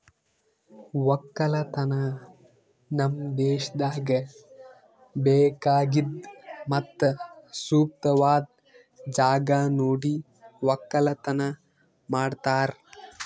ಒಕ್ಕಲತನ ನಮ್ ದೇಶದಾಗ್ ಬೇಕಾಗಿದ್ ಮತ್ತ ಸೂಕ್ತವಾದ್ ಜಾಗ ನೋಡಿ ಒಕ್ಕಲತನ ಮಾಡ್ತಾರ್